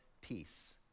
peace